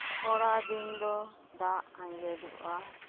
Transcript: ᱠᱷᱚᱲᱟ ᱫᱤᱱ ᱫᱚ ᱫᱟᱜ ᱟᱸᱡᱮᱫᱚᱜᱼᱟ